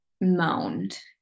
moaned